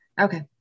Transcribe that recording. okay